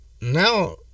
now